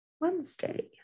Wednesday